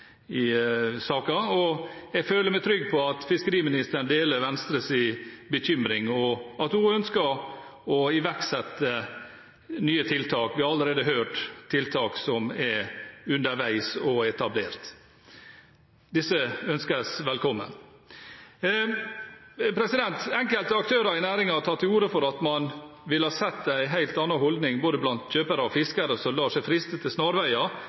i saken. Jeg føler meg trygg på at fiskeriministeren deler Venstres bekymring, og at hun ønsker å iverksette nye tiltak. Vi har allerede hørt om tiltak som er underveis og etablert. Disse ønskes velkommen. Enkelte aktører i næringen tar til orde for at man ville sett en helt annen holdning både blant kjøpere og fiskere som lar seg friste til snarveier,